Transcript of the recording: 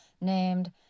named